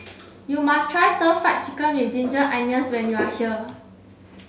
you must try stir fry chicken with ginger onions when you are here